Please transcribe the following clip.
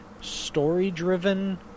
story-driven